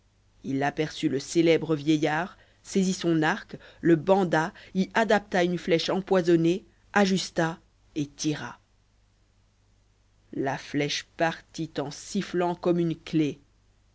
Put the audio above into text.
il aperçut le célèbre vieillard saisit son arc le banda y adapta une flèche empoisonnée ajusta et tira la flèche partit en sifflant comme une clef